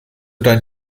dein